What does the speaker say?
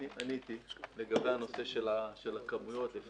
עניתי לגבי הנושא של הכמויות לפי